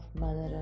Mother